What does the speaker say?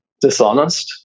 dishonest